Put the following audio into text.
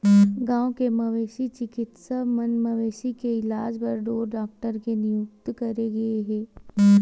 गाँव के मवेशी चिकित्सा म मवेशी के इलाज बर ढ़ोर डॉक्टर के नियुक्ति करे गे हे